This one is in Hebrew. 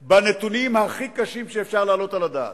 בנתונים הכי קשים שאפשר להעלות על הדעת.